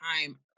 time